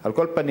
על כל פנים,